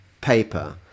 paper